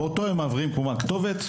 באותו יום מעבירים כמובן כתובת,